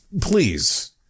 please